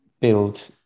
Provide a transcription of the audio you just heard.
build